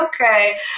okay